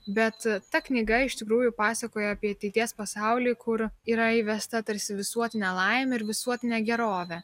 bet ta knyga iš tikrųjų pasakoja apie ateities pasaulį kur yra įvesta tarsi visuotinė laimė ir visuotinė gerovė